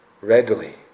readily